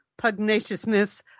pugnaciousness